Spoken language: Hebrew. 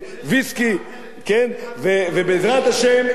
ובעזרת השם הם יהיו השגרירים הטובים.